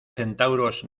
centauros